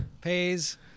pays